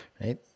right